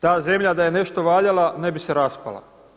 Ta zemlja da je nešto valjala ne bi se raspala.